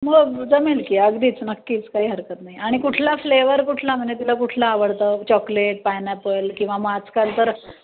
मग जमेल की अगदीच नक्कीच काही हरकत नाही आणि कुठला फ्लेवर कुठला म्हणजे तिला कुठला आवडतं चॉकलेट पायनॅपल किंवा मग आजकाल तर